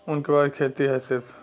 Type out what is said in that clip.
उनके पास खेती हैं सिर्फ